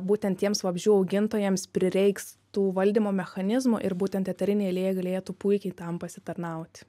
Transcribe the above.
būten tiems vabzdžių augintojams prireiks tų valdymo mechanizmų ir būtent eteriniai aliejai galėtų puikiai tam pasitarnaut